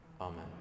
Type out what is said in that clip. Amen